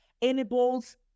enables